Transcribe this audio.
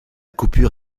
coupure